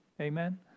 Amen